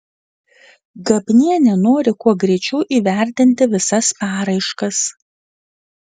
gabnienė nori kuo greičiau įvertinti visas paraiškas